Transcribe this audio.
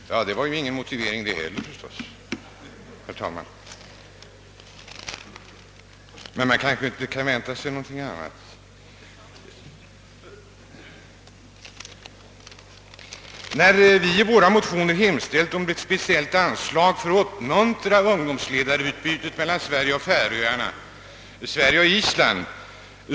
Herr talman! Det var ju ingen motivering det heller förstås, men man kanske inte kunde vänta sig något annat. Vi har i motionen hemställt om ett speciellt anslag för att uppmuntra ungdomsledarutbyte mellan Sverige och Färöarna, Sverige och Island.